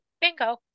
bingo